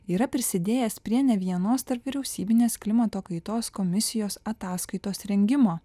yra prisidėjęs prie ne vienos tarpvyriausybinės klimato kaitos komisijos ataskaitos rengimo